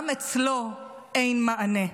גם אצלו אין מענה.